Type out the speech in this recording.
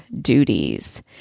duties